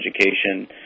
education